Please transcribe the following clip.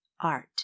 art